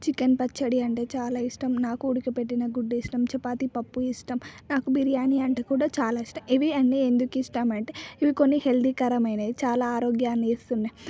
chicken పచ్చడి అంటే చాలా ఇష్టం నాకు ఉడకపెట్టిన గుడ్డు ఇష్టం చపాతి పప్పు ఇష్టం నాకు బిర్యానీ అంటే కూడా చాలా ఇష్టం ఇవి అన్నీ ఎందుకు ఇష్టం అంటే ఇవి కొన్ని హెల్దీకరమైనవి చాలా ఆరోగ్యాన్నిస్తున్నాయి